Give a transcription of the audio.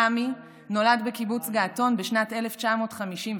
רמי נולד בקיבוץ געתון בשנת 1957,